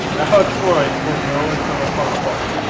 alex roy equals no internal kind of like